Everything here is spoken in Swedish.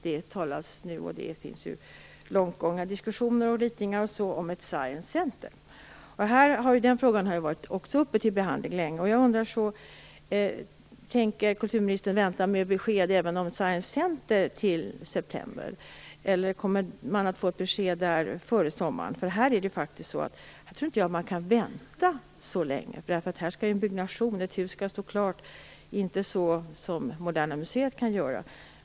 Det finns nu långtgångna diskussioner och ritningar om ett Science Center. Den frågan har också varit uppe till behandling. Tänker kulturministern vänta med besked om ett Science Center till september, eller kommer vi att få ett besked före sommaren? Jag tror inte att man kan vänta så länge. Det är en byggnation, och ett hus skall stå klart. Det är inte som Moderna Museet.